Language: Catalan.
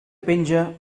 penja